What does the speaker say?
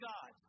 God